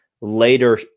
later